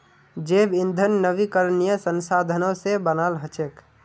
जैव ईंधन नवीकरणीय संसाधनों से बनाल हचेक